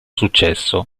successo